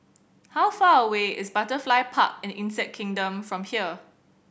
how far away is Butterfly Park and Insect Kingdom from here